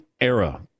era